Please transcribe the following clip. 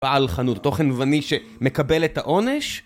בעל חנות תוכן ואני שמקבל את העונש